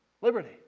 Liberty